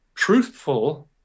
Truthful